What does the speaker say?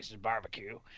barbecue